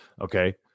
Okay